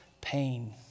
pain